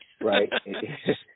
Right